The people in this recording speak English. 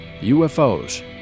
UFOs